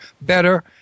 better